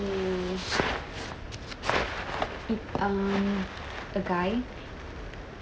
you it um a guy